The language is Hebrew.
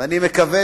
ואני מקווה